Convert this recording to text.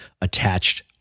attached